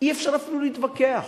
אי-אפשר אפילו להתווכח.